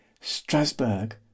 Strasbourg